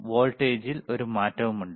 വോൾട്ടേജിൽ ഒരു മാറ്റമുണ്ട്